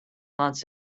months